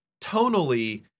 tonally